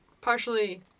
partially